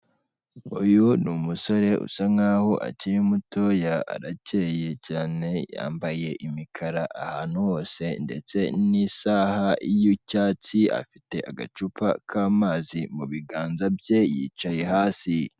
Uyu ni umusore usa nk'aho akiri mutoya. Arakeye cyane, yambaye imikara ahantu hose ndetse n'isaha y'icyatsi, afite agacupa k'amazi mu biganza bye, yicaye hasi.